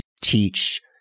teach